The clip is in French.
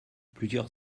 plusieurs